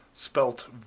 spelt